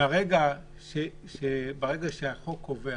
ברגע שהחוק קובע